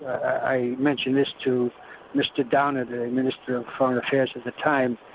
i mentioned this to mr downer, the minister of foreign affairs at the time,